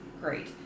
great